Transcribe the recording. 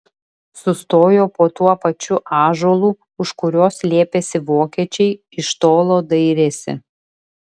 sustojo po tuo pačiu ąžuolu už kurio slėpėsi vokiečiai iš tolo dairėsi